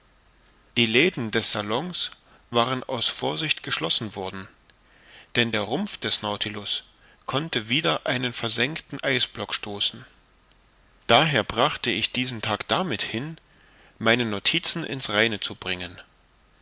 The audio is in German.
die läden des salons waren aus vorsicht geschlossen worden denn der rumpf des nautilus konnte wider einen versenkten eisblock stoßen daher brachte ich diesen tag damit hin meine notizen in's reine zu bringen